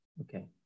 Okay